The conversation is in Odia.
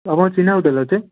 ଆପଣଙ୍କ ଚିହ୍ନା ହୋଟେଲ୍ ଅଛି